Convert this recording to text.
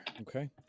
Okay